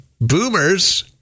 boomers